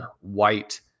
White